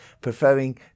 preferring